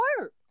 work